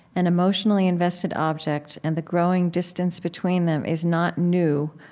and emotionally-invested objects, and the growing distance between them is not new,